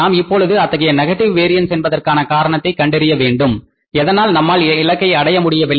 நாம் இப்பொழுது அத்தகைய நெகட்டிவ் வேரியன்ஸ் என்பதற்கான காரணத்தை கண்டறிய வேண்டும் எதனால் நம்மால் இலக்கை அடைய முடியவில்லை